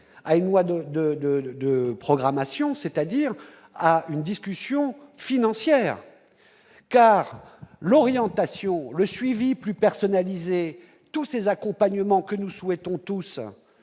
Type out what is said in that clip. de, de, de programmation, c'est-à-dire à une discussion financière car l'orientation, le suivi plus personnalisé tous ces accompagnements que nous souhaitons tous,